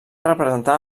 representar